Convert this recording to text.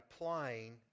applying